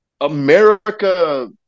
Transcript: America